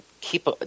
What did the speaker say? keep